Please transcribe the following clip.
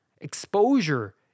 Exposure